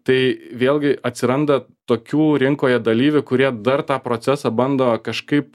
tai vėlgi atsiranda tokių rinkoje dalyvių kurie dar tą procesą bando kažkaip